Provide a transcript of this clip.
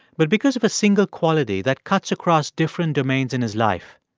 but because of a single quality that cuts across different domains in his life.